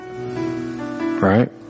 Right